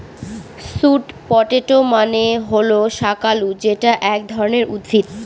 sweet potato মানে হল শাকালু যেটা এক ধরনের উদ্ভিদ